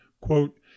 quote